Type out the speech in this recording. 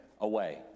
away